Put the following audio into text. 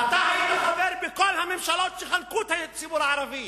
אתה היית חבר בכל הממשלות שחנקו את הציבור הערבי,